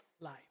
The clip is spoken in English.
life